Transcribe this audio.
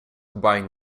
buying